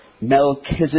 Melchizedek